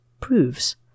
proves